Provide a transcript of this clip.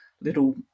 little